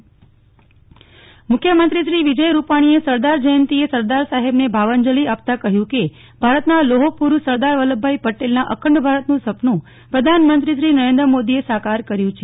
નેહ્લ ઠક્કર એકતા દોડ મુ ખ્યમંત્રી શ્રી વિજય રૂપાણીએ સરદાર જયંતિએ સરદાર સાહેબને ભાવાજલી અપતા કહ્યુ કે ભારતના લોહ પુરૂષ સરદાર વલ્લભભાઇ પટેલના અખંડ ભારતનું સપનુ પ્રધાનમંત્રીશ્રી નરેન્દ્ર મોદીએ સાકાર કર્યું છે